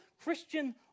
Christian